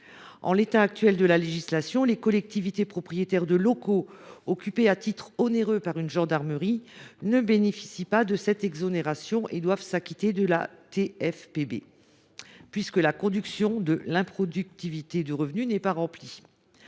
En l’état actuel de la législation, les collectivités propriétaires de locaux occupés à titre onéreux par une gendarmerie ne bénéficient pas de cette exonération. Ils doivent donc s’acquitter de la TFPB, puisque la condition relative à l’absence de production de revenu n’est pas remplie.